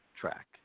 track